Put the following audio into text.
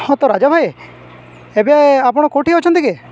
ହଁ ତ ରାଜା ଭାଇ ଏବେ ଆପଣ କୋଉଠି ଅଛନ୍ତି କି